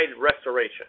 restoration